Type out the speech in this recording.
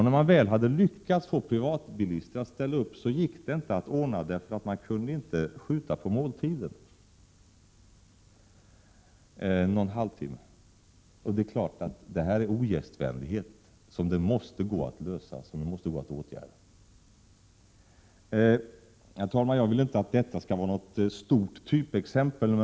När de väl hade lyckats få privatbilister att ställa upp med bilar, då gick det inte att ordna kyrkobesöket, därför att det inte gick att skjuta på måltiden någon halvtimme. Detta är en ogästvänlighet som vi måste göra någonting åt! Herr talman! Jag vill inte att detta skall vara ett stort typexempel.